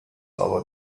over